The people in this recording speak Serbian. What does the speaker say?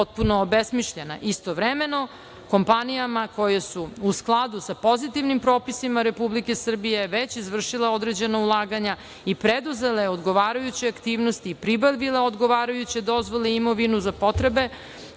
potpuno obesmišljeno. Istovremeno, kompanijama koje su u skladu sa pozitivnim propisima Republike Srbije već izvršila određena ulaganja i preduzele odgovarajuće aktivnosti i pribavile odgovarajuće dozvole i imovinu za potrebe